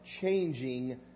changing